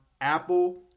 apple